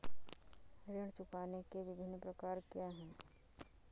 ऋण चुकाने के विभिन्न प्रकार क्या हैं?